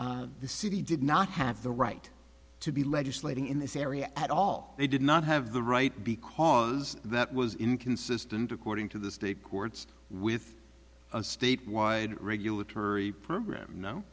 the city did not have the right to be legislating in this area at all they did not have the right because that was inconsistent according to the state courts with a state wide regulatory program